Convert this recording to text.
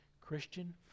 Christian